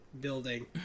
building